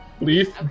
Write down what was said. Leaf